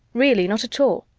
really not at all.